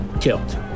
killed